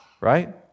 right